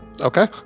Okay